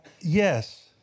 yes